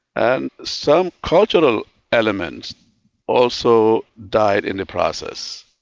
and some cultural elements also died in the process.